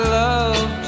love